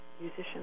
musician